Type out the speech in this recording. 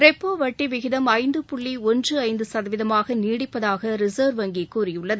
repo வட்டி விகிதம் ஐந்து புள்ளி ஒன்று ஐந்து சதவீதமாக நீடிப்பதாக ரிசா்வ் வங்கி கூறியுள்ளது